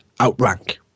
outrank